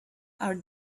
are